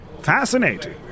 Fascinating